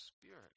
spirit